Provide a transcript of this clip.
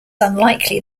unlikely